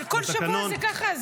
אבל בכל שבוע זה ככה.